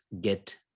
get